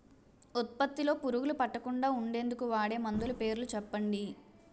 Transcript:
ఉత్పత్తి లొ పురుగులు పట్టకుండా ఉండేందుకు వాడే మందులు పేర్లు చెప్పండీ?